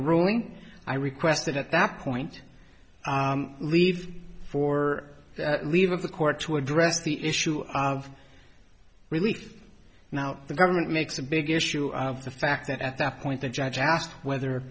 ruling i requested at that point leave for leave of the court to address the issue of relief now the government makes a big issue of the fact that at that point the judge asked whether